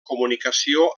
comunicació